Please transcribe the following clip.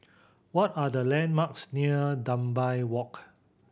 what are the landmarks near Dunbar Walk